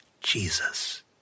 Jesus